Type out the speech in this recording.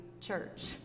church